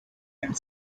and